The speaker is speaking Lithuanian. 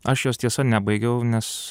aš jos tiesa nebaigiau nes